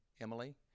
Emily